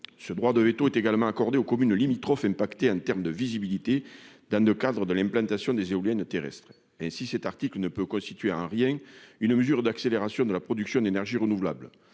Ce droit de veto serait également accordé aux communes limitrophes impactées en termes de visibilité, dans le cadre de l'implantation des éoliennes terrestres. Cet article ne constitue donc en rien une mesure d'accélération de la production d'énergies renouvelables.